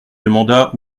demanda